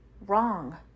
wrong